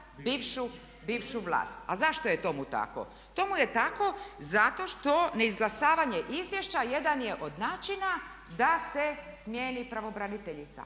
bivšu vlast. A zašto je tomu tako? Tomu je tako zato što neizglasavanje izvješća jedan je od načina da se smijeni pravobraniteljica.